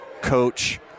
Coach